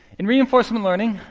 in reinforcement learning,